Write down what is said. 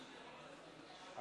בבקשה.